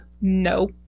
No